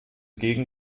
gegen